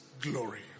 glory